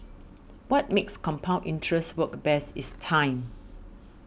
what makes compound interest work best is time